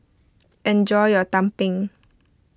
enjoy your Tumpeng